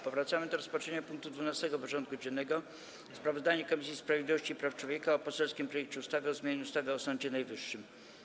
Powracamy do rozpatrzenia punktu 12. porządku dziennego: Sprawozdanie Komisji Sprawiedliwości i Praw Człowieka o poselskim projekcie ustawy o zmianie ustawy o Sądzie Najwyższym.